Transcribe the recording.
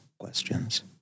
questions